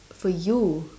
for you